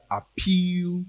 appeal